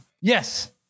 Yes